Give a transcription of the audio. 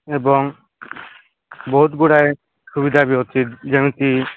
ଏବଂ ବହୁତ ଗୁଡ଼ାଏ ସୁବିଧା ବି ଅଛି ଯେମିତି